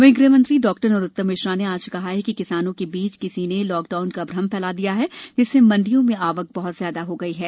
वहीं गृहमंत्री डॉ नरोत्तम मिश्रा ने आज कहा कि किसानों के बीच किसी ने लॉकडाउन का भ्रम फैला दिया है जिससे मंडियों में आवक बहुत ज्यादा हो गई है